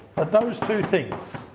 but those two things.